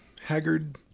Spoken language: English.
haggard